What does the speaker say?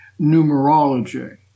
numerology